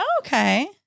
okay